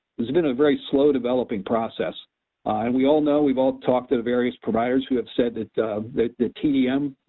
it's been a very slow developing process and we all know, we've all talked to various providers who have said that the the tdm,